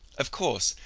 of course,